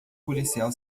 policial